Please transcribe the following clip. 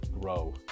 grow